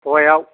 फवायाव